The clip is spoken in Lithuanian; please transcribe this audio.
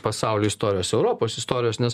pasaulio istorijos europos istorijos nes